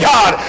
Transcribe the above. God